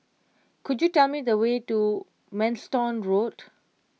could you tell me the way to Manston Road